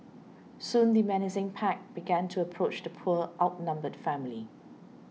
soon the menacing pack began to approach the poor outnumbered family